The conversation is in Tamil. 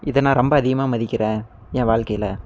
இதை நான் ரொம்ப அதிகமாக மதிக்கிறேன் ஏன் வாழ்க்கையில்